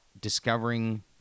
discovering